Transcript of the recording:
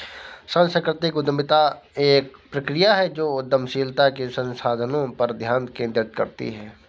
सांस्कृतिक उद्यमिता एक प्रक्रिया है जो उद्यमशीलता के संसाधनों पर ध्यान केंद्रित करती है